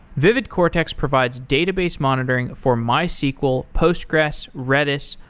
vividcortex provides database monitoring for mysql, postgres, redis,